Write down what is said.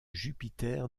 jupiter